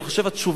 אני חושב התשובה,